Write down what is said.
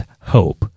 hope